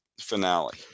finale